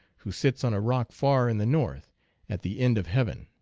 who sits on a rock far in the north at the end of heaven.